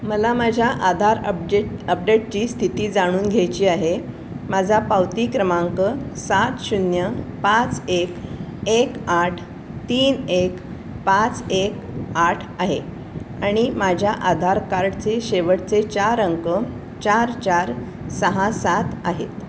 मला माझ्या आधार अपडेट अपडेटची स्थिती जाणून घ्यायची आहे माझा पावती क्रमांक सात शून्य पाच एक एक आठ तीन एक पाच एक आठ आहे आणि माझ्या आधार कार्डचे शेवटचे चार अंक चार चार सहा सात आहेत